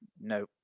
no